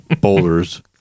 boulders